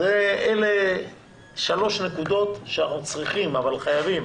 אלה שלוש נקודות שאנחנו חייבים